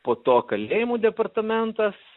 po to kalėjimų departamentas